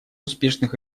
успешных